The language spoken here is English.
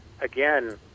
again –